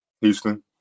Houston